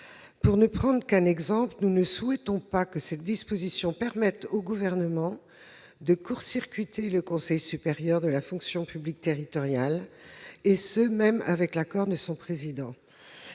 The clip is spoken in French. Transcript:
Pour ne prendre qu'un exemple, nous ne souhaitons pas que cette disposition permette au Gouvernement de court-circuiter le Conseil supérieur de la fonction publique territoriale, et ce même avec l'accord de son président.